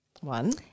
One